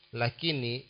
lakini